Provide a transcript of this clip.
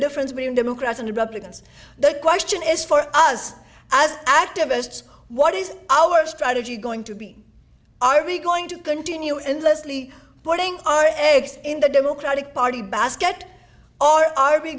difference between democrats and republicans the question is for us as activists what is our strategy going to be are we going to continue and leslie putting our eggs in the democratic party basket or are we